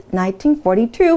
1942